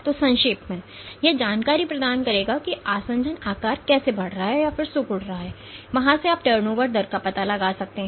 तो संक्षेप में यह जानकारी प्रदान करेगा कि आसंजन आकार कैसे बढ़ रहा है और फिर सिकुड़ रहा है और वहां से आप टर्नओवर दर का पता लगा सकते हैं